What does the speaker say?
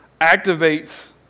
activates